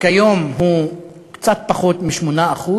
כיום הוא קצת פחות מ-8%,